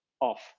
off